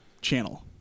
channel